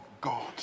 God